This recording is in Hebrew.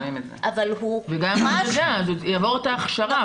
אבל הוא חש ------ הוא יעבור את ההכשרה,